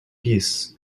peace